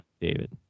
David